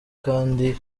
kandi